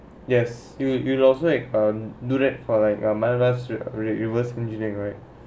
yes you will also act a direct for like a madras relate reverse engineering right